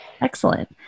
Excellent